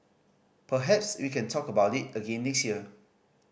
perhaps we can talk about it again next year